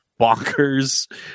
bonkers